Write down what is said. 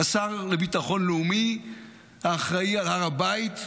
השר לביטחון לאומי אחראי להר הבית,